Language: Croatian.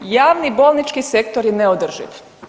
Javni bolnički sektor je neodrživ.